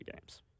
games